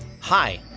Hi